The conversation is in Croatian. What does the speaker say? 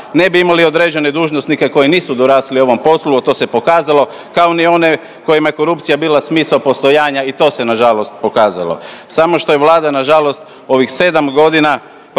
ne bi imali određene dužnosnike koji nisu dorasli ovom poslu, a to se pokazalo, kao ni one kojima je korupcije bila smisao postojanja i to se nažalost pokazalo, samo što je Vlada nažalost ovih sedam godina